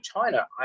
China